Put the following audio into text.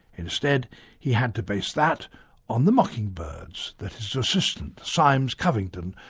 instead he had to base that on the mockingbirds that is assistant, syms covington,